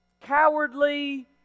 cowardly